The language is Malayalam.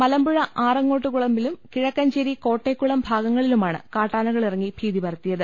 മലമ്പുഴ ആറങ്ങോട്ടുകുള മ്പിലും കിഴക്കഞ്ചേരി കോട്ടേക്കുളം ഭാഗങ്ങളിലുമാണ് കാട്ടാനകളിറങ്ങി ഭീതിപരത്തിയത്